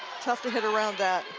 tough to hit around that.